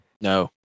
No